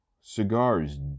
cigars